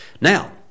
Now